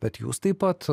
bet jūs taip pat